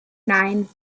nine